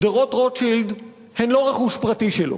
שדרות-רוטשילד הן לא רכוש פרטי שלו.